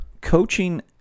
coaching